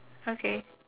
okay